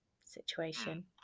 situation